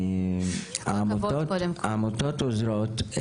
העמותות עוזרות.